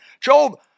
Job